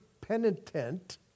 penitent